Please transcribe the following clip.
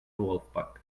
wolfpack